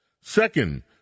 Second